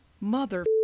Mother